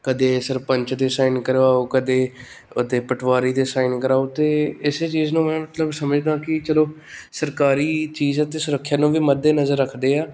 ਕਦੇ ਸਰਪੰਚ ਦੇ ਸਾਈਨ ਕਰਵਾਓ ਕਦੇ ਉਹਦੇ ਪਟਵਾਰੀ ਦੇ ਸਾਈਨ ਕਰਾਓ ਅਤੇ ਇਸੇ ਚੀਜ਼ ਨੂੰ ਮੈਂ ਮਤਲਬ ਸਮਝਦਾ ਕਿ ਚਲੋ ਸਰਕਾਰੀ ਚੀਜ਼ ਅਤੇ ਸੁਰੱਖਿਆ ਨੂੰ ਵੀ ਮੱਦੇ ਨਜ਼ਰ ਰੱਖਦੇ ਆ